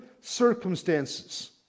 circumstances